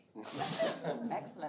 Excellent